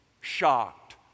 shocked